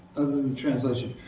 translation.